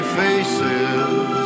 faces